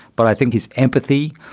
but i think his empathy,